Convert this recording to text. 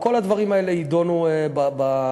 כל הדברים האלה יידונו במשא-ומתן.